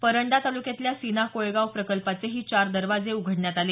परंडा तालुक्यातलया सिना कोळेगाव प्रकल्पाचेही चार दरवाजे उघडण्यात आले